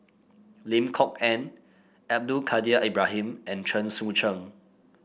Lim Kok Ann Abdul Kadir Ibrahim and Chen Sucheng